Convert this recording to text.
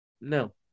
No